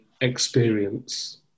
experience